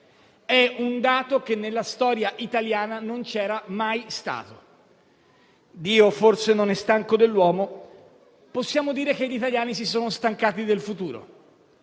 È un dato che, nella storia italiana, non c'era mai stato. Dio forse non è stanco dell'uomo, ma possiamo dire che gli italiani si sono stancati del futuro.